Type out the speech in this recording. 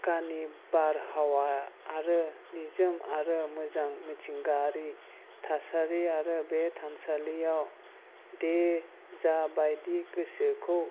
गामि बारहावा आरो निजोम आरो मोजां मिथिंगायारि थासारि आरो बे थानसालिआव दे जा बायदि गोसोखौ